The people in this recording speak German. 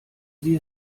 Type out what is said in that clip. sie